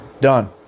Done